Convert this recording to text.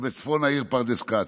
ובצפון העיר פרדס כץ.